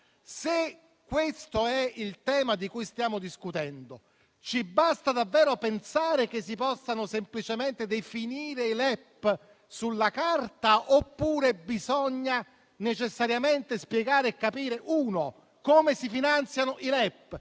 Se questo è il tema di cui stiamo discutendo, ci basta davvero pensare che si possano semplicemente definire i LEP sulla carta, oppure bisogna necessariamente spiegare e capire, in primo luogo, come si finanziano i LEP